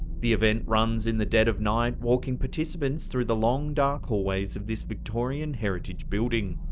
the event runs in the dead of night, walking participants through the long, dark hallways of this victorian heritage building.